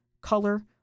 color